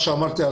כפי שאמרתי,